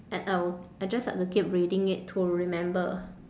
and I will I just like to keep reading it to remember